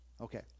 okay